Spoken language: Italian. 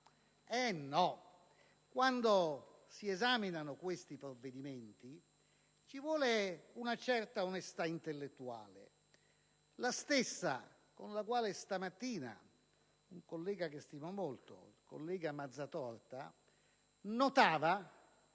Stato? Quando si esaminano tali provvedimenti, occorre una certa onestà intellettuale, la stessa con la quale questa mattina un collega che stimo molto, il senatore Mazzatorta, notava